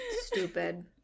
Stupid